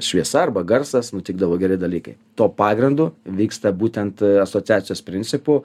šviesa arba garsas nutikdavo geri dalykai tuo pagrindu vyksta būtent asociacijos principu